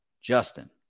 Justin